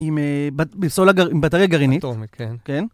עם בטרייה גרעינית. אטומית, כן.